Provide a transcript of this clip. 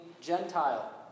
Gentile